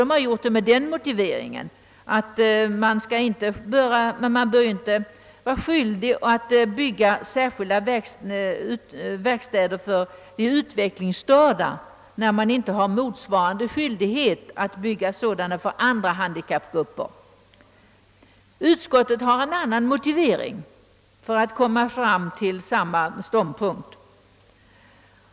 Detta har skett med motiveringen, att landstingen inte bör vara skyldiga att bygga särskilda verkstäder för utvecklingsstörda, då motsvarande skyldighet inte föreligger när det gäller andra handikappgrupper. Utskottet kommer fram till samma ståndpunkt som departementschefen, ehuru med en annan motivering.